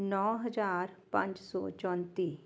ਨੌਂ ਹਜ਼ਾਰ ਪੰਜ ਸੌ ਚੌਂਤੀ